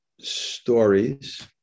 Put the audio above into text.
stories